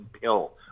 pill